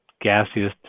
gaseous